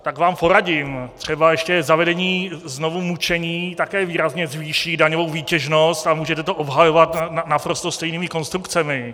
Tak vám poradím: třeba ještě zavedení znovu mučení také výrazně zvýší daňovou výtěžnost a můžete to obhajovat naprosto stejnými konstrukcemi.